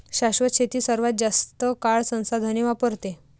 शाश्वत शेती सर्वात जास्त काळ संसाधने वापरते